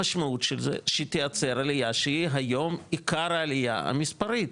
המשמעות של זה היא שתיעצר עלייה שהיא היום עיקר העלייה המספרית.